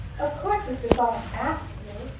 of course mr. saul has asked me.